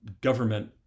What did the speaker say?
government